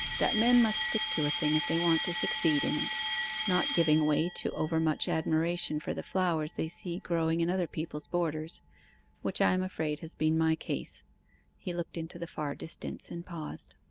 that men must stick to a thing if they want to succeed in it not giving way to over-much admiration for the flowers they see growing in other people's borders which i am afraid has been my case he looked into the far distance and paused.